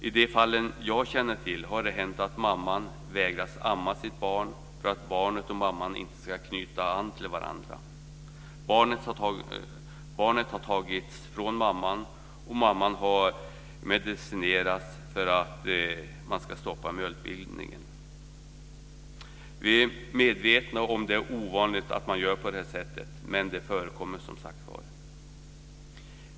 I de fall som jag känner till har det hänt att mamman har vägrats att amma sitt barn för att barnet och mamman inte ska knyta an till varandra. Barnet har tagits ifrån mamman och mamman har medicinerats för att man ska stoppa mjölkbildningen. Vi är medvetna om att det är ovanligt att man gör på det här sättet, men det förekommer som sagt var.